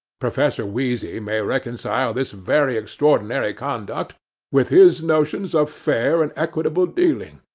professor wheezy may reconcile this very extraordinary conduct with his notions of fair and equitable dealing,